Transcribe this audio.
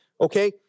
okay